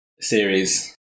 series